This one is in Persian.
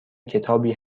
کتابی